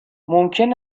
ممکن